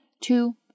two